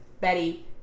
Betty